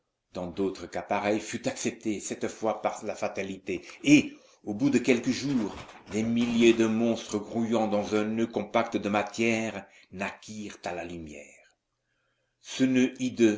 dans d'autres cas pareils fut acceptée cette fois par la fatalité et au bout de quelques jours des milliers de monstres grouillant dans un noeud compacte de matière naquirent à la lumière ce noeud